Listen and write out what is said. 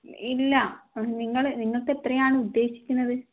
ഇല്ല നിങ്ങള് നിങ്ങള്ക്ക് എത്രയാണ് ഉദ്ദേശിക്കുന്നത്